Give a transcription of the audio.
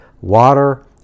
Water